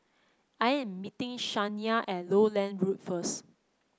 I am meeting Shania at Lowland Road first